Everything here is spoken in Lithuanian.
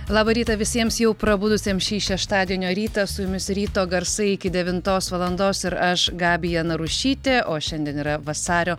labą rytą visiems jau prabudusiems šį šeštadienio rytą su jumis ryto garsai iki devintos valandos ir aš gabija narušytė o šiandien yra vasario